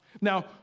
Now